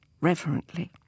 reverently